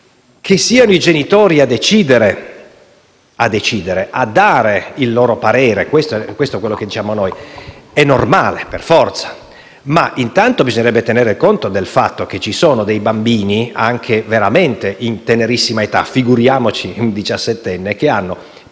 Che siano i genitori a decidere, a dare il loro parere - questo è ciò che diciamo noi - è normale, per forza. Intanto però bisognerebbe tener conto del fatto che ci sono dei bambini, anche veramente in tenerissima età (figuriamoci un diciassettenne), che hanno